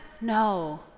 No